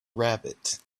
rabbit